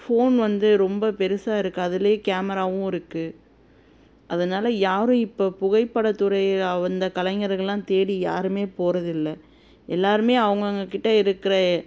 phone வந்து ரொம்ப பெருசாயிருக்கு அதுலேயே கேமராவும் இருக்குது அதனால் யாரும் இப்போ புகைப்படத்துறையை அந்த கலைஞர்கள்லாம் தேடி யாருமே போகிறதில்ல எல்லோருமே அவங்கவுங்கக்கிட்ட இருக்கிற